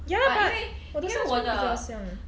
ya but 我的 sunscreen 比较香